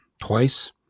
twice